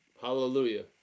Hallelujah